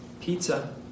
pizza